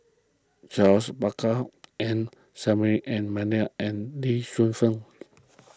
Charles Paglar M Saffri A and Lee Shu Fen